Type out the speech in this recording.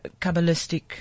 Kabbalistic